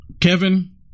Kevin